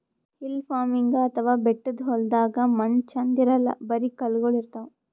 hill farming ಅಥವಾ ಬೆಟ್ಟದ್ ಹೊಲ್ದಾಗ ಮಣ್ಣ್ ಛಂದ್ ಇರಲ್ಲ್ ಬರಿ ಕಲ್ಲಗೋಳ್ ಇರ್ತವ್